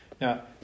Now